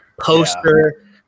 Poster